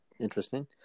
interesting